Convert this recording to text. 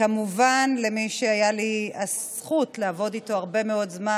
וכמובן גם למי שהייתה לי הזכות לעבוד איתו הרבה מאוד זמן,